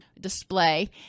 display